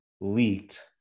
leaked